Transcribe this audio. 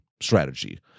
strategy